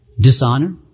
dishonor